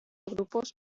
grupos